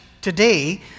today